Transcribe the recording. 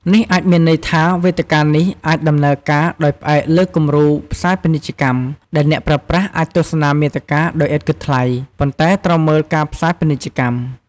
នេះអាចមានន័យថា វេទិកានេះអាចដំណើរការដោយផ្អែកលើគំរូផ្សាយពាណិជ្ជកម្ម ដែលអ្នកប្រើប្រាស់អាចទស្សនាមាតិកាដោយឥតគិតថ្លៃ ប៉ុន្តែត្រូវមើលការផ្សាយពាណិជ្ជកម្ម។